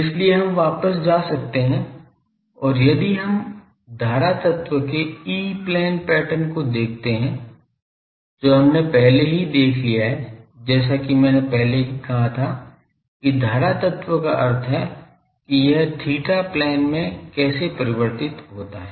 इसलिए हम वापस जा सकते हैं और यदि हम धारा तत्व के E प्लेन पैटर्न को देखते हैं जो हमने पहले ही देख लिया है जैसा कि मैंने पहले ही कहा था कि धारा तत्व का अर्थ है कि यह थीटा प्लेन में कैसे परिवर्तित होता है